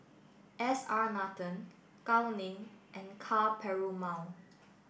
S R Nathan Gao Ning and Ka Perumal